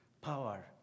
Power